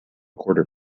quarter